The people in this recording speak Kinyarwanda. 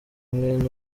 mwene